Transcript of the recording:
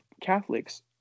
Catholics